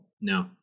No